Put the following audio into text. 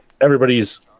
everybody's